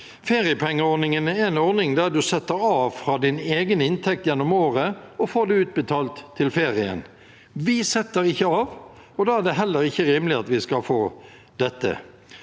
Feriepengeordningen er en ordning der du setter av fra din egen inntekt gjennom året og får det utbetalt til ferien. Vi setter ikke av, og da er det heller ikke rimelig at vi skal få dette.